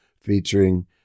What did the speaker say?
featuring